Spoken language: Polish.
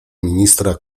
ministra